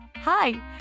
Hi